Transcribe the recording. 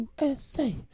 USA